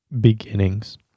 beginnings